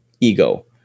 ego